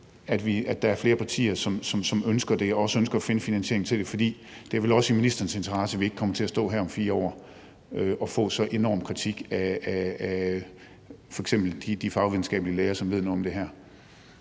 at der er flere partier, som ønsker det og også ønsker at finde finansieringen til det. Og det er vel også i ministerens interesse, at vi ikke kommer til at stå her om 4 år og få så enorm kritik af f.eks. de fagvidenskabelige læger, som ved noget om det her?